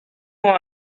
who